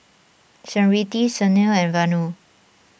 Smriti Sunil and Vanu